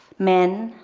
men.